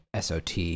SOT